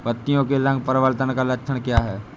पत्तियों के रंग परिवर्तन का लक्षण क्या है?